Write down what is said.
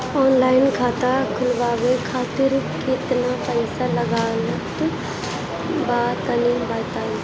Online खाता खूलवावे खातिर केतना पईसा लागत बा तनि बताईं?